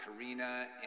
Karina